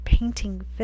painting